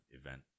event